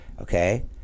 okay